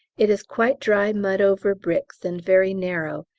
it is quite dry mud over bricks and very narrow,